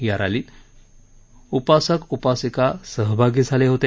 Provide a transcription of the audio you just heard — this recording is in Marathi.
या रॅलीत उपासक उपासिका सहभागी झाले होते